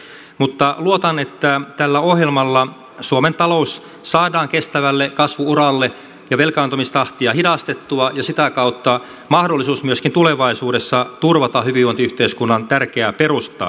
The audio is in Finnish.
mutta luotan että tällä ohjelmalla suomen talous saadaan kestävälle kasvu uralle ja velkaantumistahtia hidastettua ja sitä kautta mahdollisuus myöskin tulevaisuudessa turvata hyvinvointiyhteiskunnan tärkeää perustaa